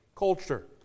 culture